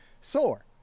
soar